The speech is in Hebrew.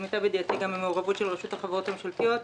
הייתה מעורבות של רשות החברות הממשלתיות.